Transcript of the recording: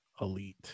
elite